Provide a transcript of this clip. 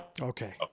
Okay